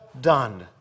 done